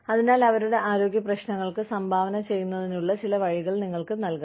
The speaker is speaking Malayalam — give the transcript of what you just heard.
അതിനാൽ അവരുടെ ആരോഗ്യപ്രശ്നങ്ങൾക്ക് സംഭാവന ചെയ്യുന്നതിനുള്ള ചില വഴികൾ നിങ്ങൾക്ക് നൽകാം